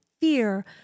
fear